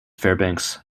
fairbanks